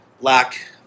lack